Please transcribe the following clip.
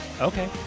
Okay